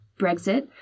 Brexit